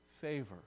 favor